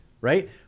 right